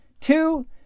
Two